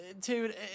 dude